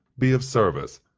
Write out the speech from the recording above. be of service,